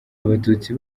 abatutsi